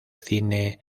cine